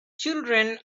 children